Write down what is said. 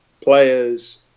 players